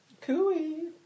Cooey